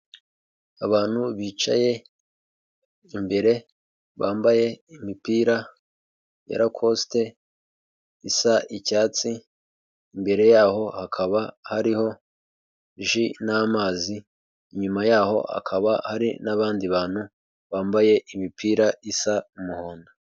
Abantu bicaye imbere bambaye imipira ya rakosite isa icyatsi, imbere yaho hakaba hariho ji n'amazi, inyuma yaho hakaba hari n'abandi bantu bambaye imipira isa umuhondo.